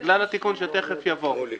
בגלל התיקון שתכף יבוא.